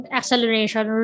acceleration